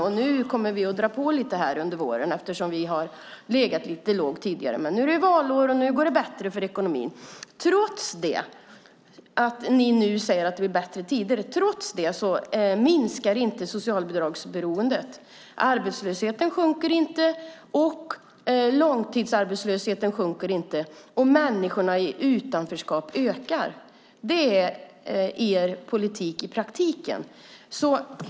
Nu kommer man att dra på lite under våren eftersom man har legat lite lågt tidigare. Nu är det valår, och nu går det bättre i ekonomin. Trots att ni nu säger att det blir bättre tider minskar inte socialbidragsberoendet. Arbetslösheten sjunker inte. Långtidsarbetslösheten sjunker inte. Antalet människor i utanförskap ökar. Det är er politik i praktiken.